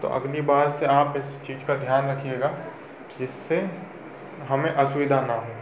तो अगली बार से आप इस चीज़ का ध्यान रखिएगा जिससे हमें असुविधा न हो